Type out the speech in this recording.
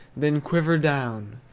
then quiver down,